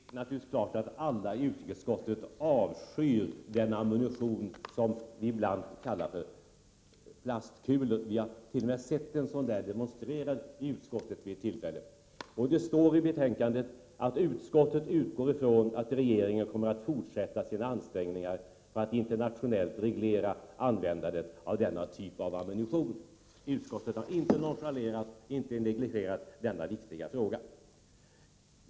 Herr talman! Det är klart att alla i utrikesutskottet avskyr den ammunition som vi ibland kallar plastkulor. Vi har t.o.m. sett sådan demonstrerad i utskottet vid ett tillfälle. Det står i betänkandet: ”Utskottet utgår ifrån att regeringen kommer att fortsätta sina ansträngningar för att internationellt reglera användandet av denna typ av ammunition.” Utskottet har inte nonchalerat, inte negligerat denna viktiga fråga.